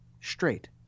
straight